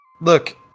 Look